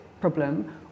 problem